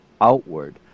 outward